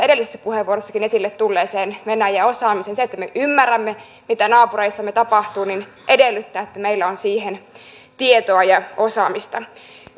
edellisessä puheenvuorossakin esille tulleeseen venäjä osaamiseen se että me ymmärrämme mitä naapureissamme tapahtuu edellyttää että meillä on siihen tietoa ja osaamista